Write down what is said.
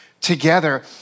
together